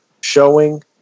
showing